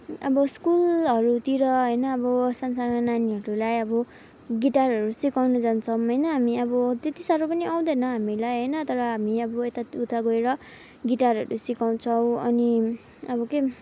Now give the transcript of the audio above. अब स्कुलहरूतिर होइन अब सानसानो नानीहरूलाई अब गिटारहरू सिकाउनु जान्छौँ होइन हामी अब त्यति साह्रो पनि आउँदैन हामीलाई होइन तर हामी अब यताउता गएर गिटारहरू सकाउँछौँ अनि अब के